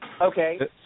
Okay